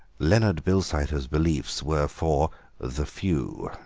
leonard bilsiter's beliefs were for the few,